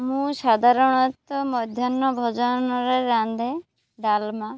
ମୁଁ ସାଧାରଣତଃ ମଧ୍ୟାହ୍ନ ଭୋଜନରେ ରାନ୍ଧେ ଡାଲମା